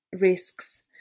risks